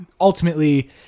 ultimately